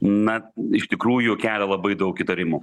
na iš tikrųjų kelia labai daug įtarimų